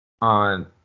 on